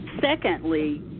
Secondly